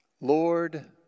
Lord